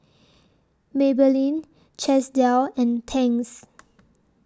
Maybelline Chesdale and Tangs